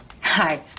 Hi